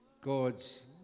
God's